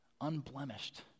Unblemished